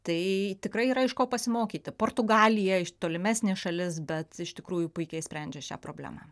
tai tikrai yra iš ko pasimokyti portugalija tolimesnė šalis bet iš tikrųjų puikiai sprendžia šią problemą